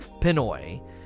Pinoy